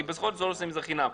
כי בסוף הם לא עושים את זה בחינם.